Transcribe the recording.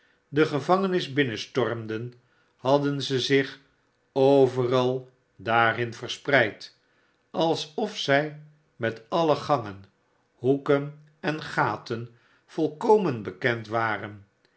de gevangenia binnenstormden hadden ze zich overal daarin verspreid alsof zij met alle gangen hoeken en gaten volkomen bekend waren